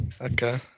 Okay